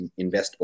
investable